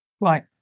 Right